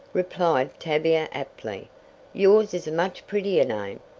replied tavia aptly. yours is a much prettier name.